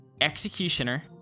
Executioner